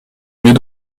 mieux